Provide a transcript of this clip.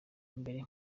mbere